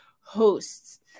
hosts